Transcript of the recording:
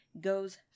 goes